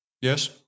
yes